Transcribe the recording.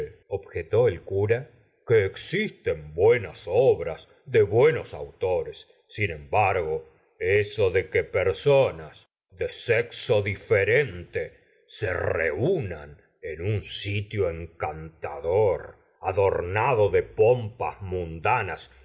objetó el eura que existen buen ls obras de buenos autores sin embargo eso de que personas de sexo diferente se reunan en un sitio encantador adornado de pompas mundanas